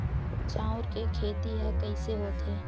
चांउर के खेती ह कइसे होथे?